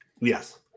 Yes